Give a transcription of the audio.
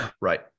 Right